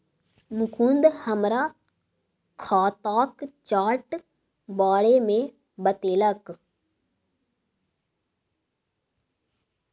मुकुंद हमरा खाताक चार्ट बारे मे बतेलक